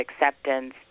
acceptance